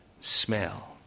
smell